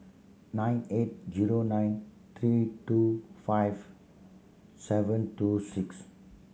nine eight zero nine three two five seven two six